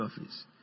office